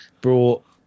brought